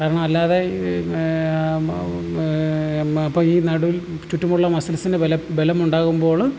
കാരണം അല്ലാതെ ഇപ്പം ഈ നടുവിൽ ചുറ്റുമുള്ള മസിൽസിന് ബലം ബലമുണ്ടാകുമ്പോൾ